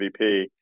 MVP